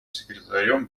секретарем